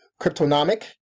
Cryptonomic